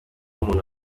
umuntu